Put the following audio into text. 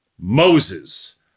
Moses